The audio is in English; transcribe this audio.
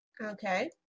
Okay